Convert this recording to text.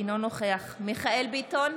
אינו נוכח מיכאל ביטון,